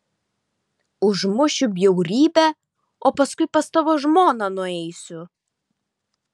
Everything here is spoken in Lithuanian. užmušiu bjaurybę o paskui pas tavo žmoną nueisiu